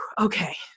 okay